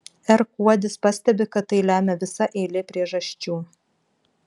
r kuodis pastebi kad tai lemia visa eilė priežasčių